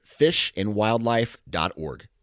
fishandwildlife.org